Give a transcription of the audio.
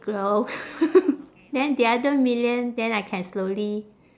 grow then the other million then I can slowly